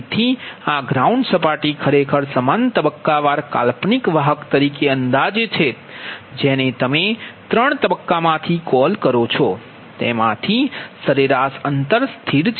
તેથી આ ગ્રાઉન્ડ સપાટી ખરેખર સમાન તબક્કાવાર કાલ્પનિક વાહક તરીકે અંદાજે છે જેને તમે ત્રણ તબક્કામાંથી કોલ કરો છો તેનાથી સરેરાશ અંતર સ્થિત છે